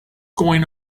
going